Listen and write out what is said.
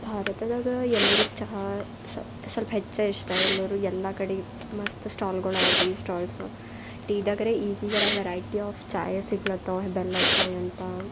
ಭಾರತದಾಗ ಎಲ್ಲರಿಗೂ ಚಹಾ ಸಲ್ಪ ಹೆಚ್ಚೇ ಇಷ್ಟ ಎಲ್ಲರು ಎಲ್ಲ ಕಡೆ ಮಸ್ತ್ ಸ್ಟಾಲ್ಗಳವ ಟೀ ಸ್ಟಾಲ್ಸ್ ಟೀದಾಗರೆ ಈಗೀಗರ ವೆರೈಟಿ ಆಫ್ ಚಾಯ ಸಿಗ್ಲತ್ತವ ಬೆಲ್ಲದ ಚಾಯ್ ಅಂತ